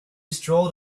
strolled